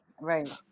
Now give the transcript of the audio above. Right